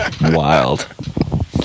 wild